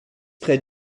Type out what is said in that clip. près